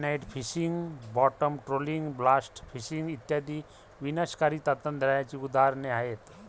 cyanide fishing, bottom trolling, blast fishing इत्यादी विनाशकारी तंत्रज्ञानाची उदाहरणे आहेत